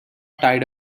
tied